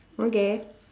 okay